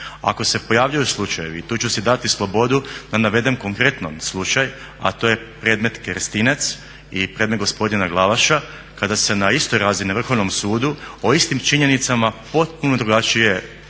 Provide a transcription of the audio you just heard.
Ako se pojavljuju slučajevi, tu ću si dati slobodu da navedem konkretan slučaj, a to je predmet Kerestinec i predmet gospodina Glavaša kada se na istoj razini na Vrhovnom sudu o istim činjenicama potpuno drugačije odlučilo.